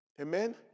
Amen